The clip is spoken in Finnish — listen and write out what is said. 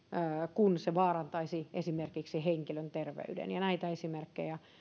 kun se vaarantaisi esimerkiksi henkilön terveyden ja näitä esimerkkejä